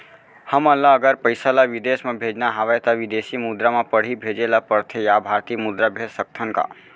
हमन ला अगर पइसा ला विदेश म भेजना हवय त विदेशी मुद्रा म पड़ही भेजे ला पड़थे या भारतीय मुद्रा भेज सकथन का?